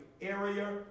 area